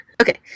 Okay